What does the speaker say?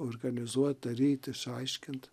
organizuot daryt išsiaiškint